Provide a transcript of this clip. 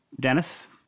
Dennis